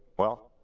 well,